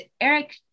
Eric